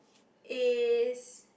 is